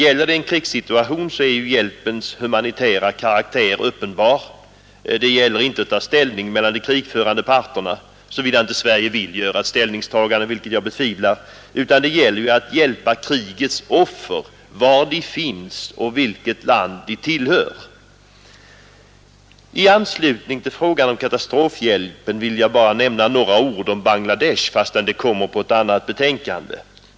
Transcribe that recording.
I en krigssituation är hjälpens humanitära karaktär uppenbar. Det gäller inte att ta ställning för någon av de krigförande parterna, såvida inte Sverige vill göra ett ställningstagande, vilket jag betvivlar, utan det gäller ju att hjälpa krigets offer var de än finns och vilket land de än tillhör. I anslutning till frågan om katastrofhjälpen vill jag bara säga några ord om Bangladesh, fastän den frågan behandlas i ett annat betänkande.